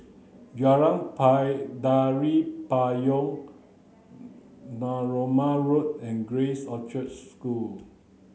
Jalan pie Tari Payong Narooma Road and Grace Orchard School